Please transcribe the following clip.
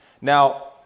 Now